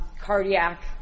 cardiac